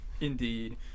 indeed